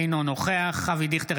אינו נוכח אבי דיכטר,